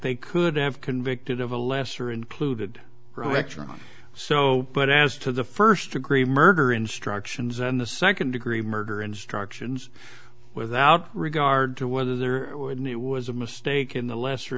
they could have convicted of a lesser included rectum so but as to the first degree murder instructions and the second degree murder instructions without regard to whether they're in it was a mistake in the lesser